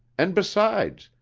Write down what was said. and besides,